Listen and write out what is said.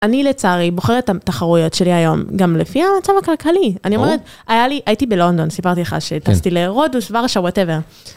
אני לצערי בוחרת תמ-תחרויות שלי היום, גם לפי המצב הכלכלי. -ברור. אני אומרת, היה לי-הייתי בלונדון, סיפרתי לך -כן. שטסתי לרודוס, ורשה, וואטאבר.